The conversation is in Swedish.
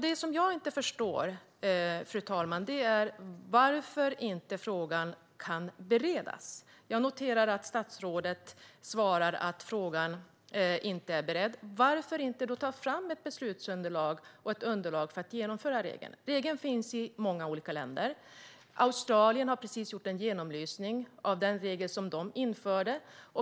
Det jag inte förstår, fru talman, är varför frågan inte kan beredas. Jag noterar att statsrådet svarar att frågan inte är beredd. Varför inte ta fram ett beslutsunderlag och ett underlag för att genomföra regeln? Regeln finns i många olika länder. Australien har precis gjort en genomlysning av den regel som de införde.